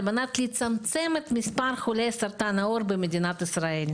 על מנת לצמצם את מספר חולי סרטן העור במדינת ישראל,